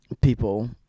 people